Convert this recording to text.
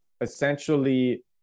essentially